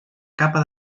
capa